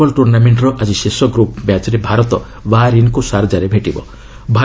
Asia Cup football ଟୁର୍ଣ୍ଣାମେଣ୍ଟର ଆଜି ଶେଷ ଗ୍ରୁପ୍ ମ୍ୟାଚ୍ରେ ଭାରତ ବାହାରିନ୍କୁ ସାର୍ଜାଠାରେ ଭେଟିବ